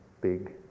big